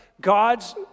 God's